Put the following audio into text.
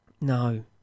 no